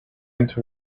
into